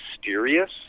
mysterious